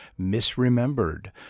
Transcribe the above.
misremembered